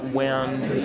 wound